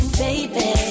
baby